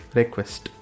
request